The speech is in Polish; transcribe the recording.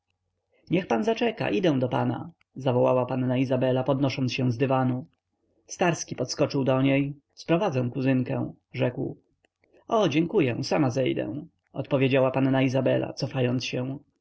niech pan zaczeka idę do pana zawołała panna izabela podnosząc się z dywanu starski podskoczył do niej sprowadzę kuzynkę rzekł o dziękuję sama zejdę odpowiedziała panna izabela cofając się